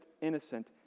innocent